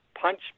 punch